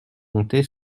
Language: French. monter